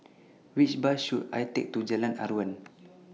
Which Bus should I Take to Jalan Aruan